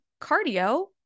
cardio